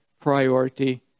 priority